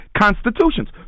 constitutions